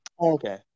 okay